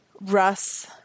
Russ